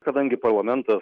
kadangi parlamentas